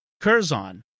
Curzon